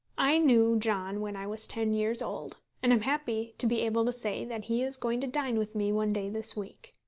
i knew john when i was ten years old, and am happy to be able to say that he is going to dine with me one day this week.